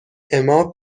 اما